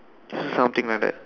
this is something like that